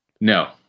No